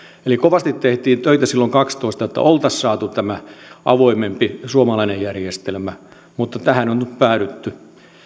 eli kovasti tehtiin töitä silloin vuonna kaksitoista että oltaisiin saatu tämä avoimempi suomalainen järjestelmä mutta tähän on nyt päädytty